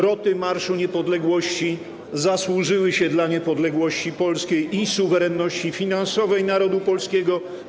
Roty Marszu Niepodległości zasłużyły się dla niepodległości polskiej i suwerenności finansowej narodu polskiego.